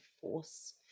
force